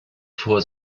vor